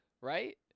right